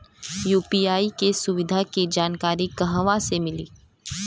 UPI के सुविधा के जानकारी कहवा से मिली?